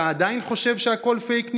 אתה עדיין חושב שהכול פייק ניוז?